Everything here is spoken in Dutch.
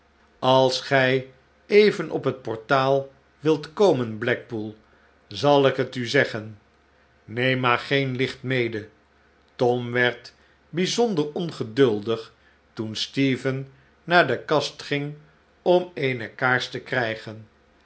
als gij even op het portaal wilt komen blackpool zal ik het u zeggen neem maar geen licht mede tom werd bijzonder ongeduldig toen stephen naar de kast ging om eene kaars te krijgen